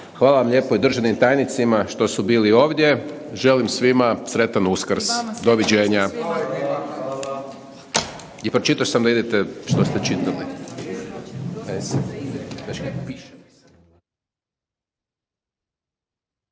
Hvala vam lijepo i državnim tajnicima što su bili ovdje. Želim svima sretan Uskrs. Doviđenja. SJEDNICA PREKINUTA **Jandroković,